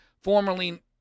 formerly